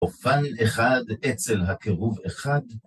אופן אחד אצל הקירוב אחד.